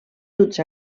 duts